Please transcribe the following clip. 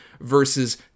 versus